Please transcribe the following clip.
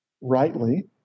rightly